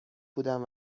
بودم